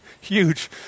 huge